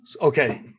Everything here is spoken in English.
Okay